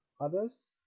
others